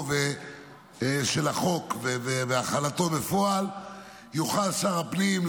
של החוק והחלתו בפועל יוכל שר הפנים,